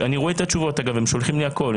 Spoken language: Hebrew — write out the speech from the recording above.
אני רואה את התשובות, הם שולחים לי הכל.